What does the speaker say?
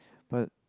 but